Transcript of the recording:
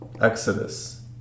exodus